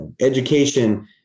education